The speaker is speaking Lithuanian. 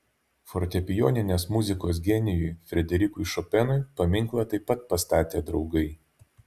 fortepijoninės muzikos genijui frederikui šopenui paminklą taip pat pastatė draugai